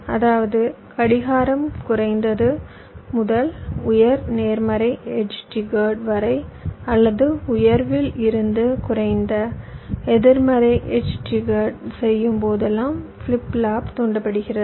அதாவது கடிகாரம் குறைந்தது முதல் உயர் நேர்மறை எட்ஜ் ட்ரிஜிகேட் வரை அல்லது உயர்வில் இருந்து குறைந்த எதிர்மறை எட்ஜ் ட்ரிஜிகேட் செய்யும் போதெல்லாம் ஃபிளிப் ஃப்ளாப் தூண்டப்படுகிறது